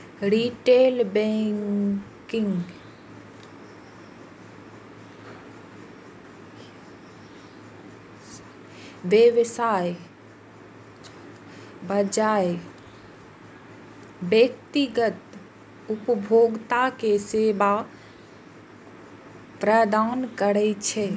retail banking व्यवसायक बजाय व्यक्तिगत उपभोक्ता कें सेवा प्रदान करै छै